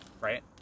Right